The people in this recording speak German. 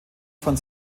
von